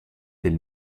del